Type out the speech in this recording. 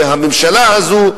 והממשלה הזו,